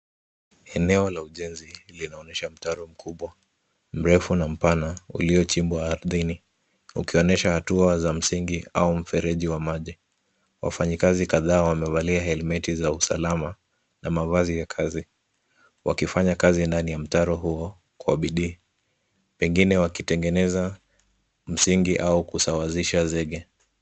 Eneo la ujenzi linaonyesha mtaro mkubwa mrefu na mpana, uliochimbwa ardhini ukionyesha hatua za msingi au mfereji wa maji. Wafanyikazi kadhaa wamevalia helmeti za usalama na mavazi ya kazi, wakifanya kazi ndani ya mtaro huo kwa bidii, pengine wakitengeneza msingi au kusawazisha zege.